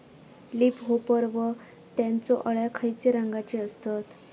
Leaf hopper व त्यानचो अळ्या खैचे रंगाचे असतत?